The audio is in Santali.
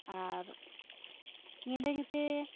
ᱟᱨ ᱧᱤᱫᱟᱹ ᱧᱩᱛᱮ